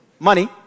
Money